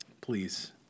please